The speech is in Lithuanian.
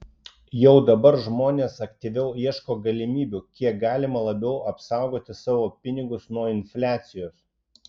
jau dabar žmonės aktyviau ieško galimybių kiek galima labiau apsaugoti savo pinigus nuo infliacijos